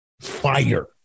fire